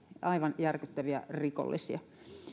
aivan järkyttäviä rikollisia